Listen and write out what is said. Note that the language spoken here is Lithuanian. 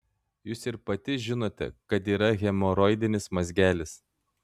jūs ir pati žinote kad yra hemoroidinis mazgelis